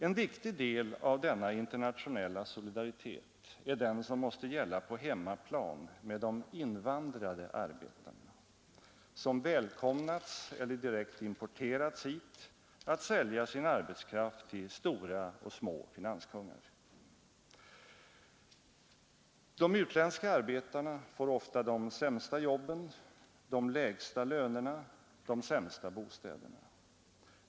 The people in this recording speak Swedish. En viktig del av denna internationella solidaritet är den som måste gälla på hemmaplan med de invandrande arbetarna, som välkomnats eller direkt importerats hit för att sälja sin arbetskraft till stora och små finanskungar. De utländska arbetarna får ofta de sämsta jobben, de lägsta lönerna, de sämsta bostäderna.